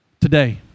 today